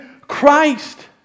Christ